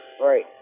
Right